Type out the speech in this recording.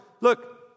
look